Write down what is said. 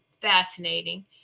fascinating